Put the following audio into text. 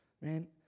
Man